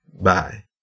Bye